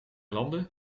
landen